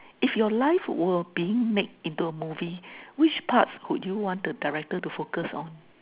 if your life were being made into a movie which part would you want the director to focus on